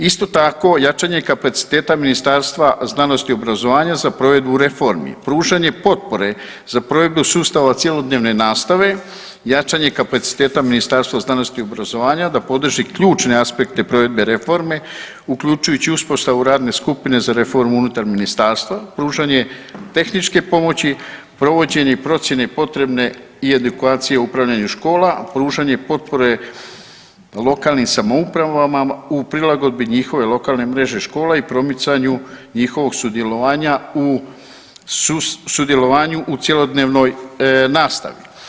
Isto tako jačanje kapaciteta Ministarstva znanosti i obrazovanja za provedbu reformi, pružanje potpore za provedbu sustava cjelodnevne nastave, jačanje kapaciteta Ministarstva znanosti i obrazovanja da podrži ključne aspekte provedbe reforme uključujući i uspostavu radne skupine za reformu unutar ministarstva, pružanje tehničke pomoći provođenje i procjene potrebne i edukacije u upravljanju škola, pružanje potpore lokalnim samoupravama u prilagodbi njihove lokalne mreže škola i promicanju njihovog sudjelovanja, sudjelovanju u cjelodnevnoj nastavi.